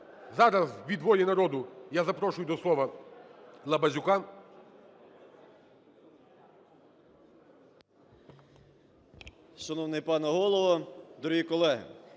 Зараз від "Волі народу" я запрошую до слова Лабазюка.